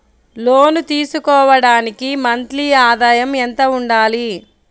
లోను తీసుకోవడానికి మంత్లీ ఆదాయము ఎంత ఉండాలి?